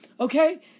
Okay